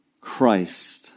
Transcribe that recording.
Christ